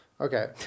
Okay